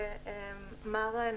ברשות